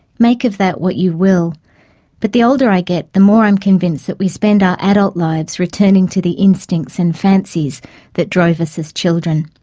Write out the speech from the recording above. make of that what you will but the older i get the more i'm convinced that we spend our adult lives returning to the instincts and fancies that drove us as children.